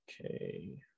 Okay